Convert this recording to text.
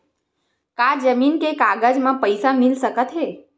का जमीन के कागज म पईसा मिल सकत हे?